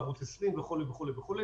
בערוץ 20 וכולי וכולי.